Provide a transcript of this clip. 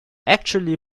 actually